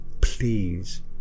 Please